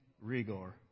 Rigor